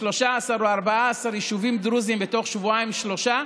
ב-13 או ב-14 יישובים דרוזיים בתוך שבועיים-שלושה,